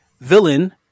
villain